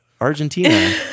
Argentina